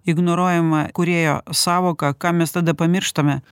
ignoruojama kūrėjo sąvoka ką mes tada pamirštame